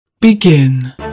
Begin